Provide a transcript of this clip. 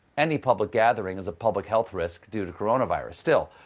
any public gathering is a public health risk due to coronavirus. still,